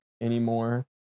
anymore